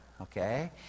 okay